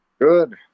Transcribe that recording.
Good